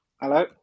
Hello